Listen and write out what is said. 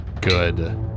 Good